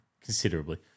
Considerably